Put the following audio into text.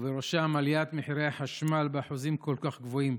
ובראשן, עליית מחירי החשמל באחוזים כל כך גבוהים.